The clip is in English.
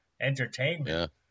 entertainment